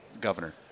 Governor